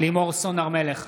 לימור סון הר מלך,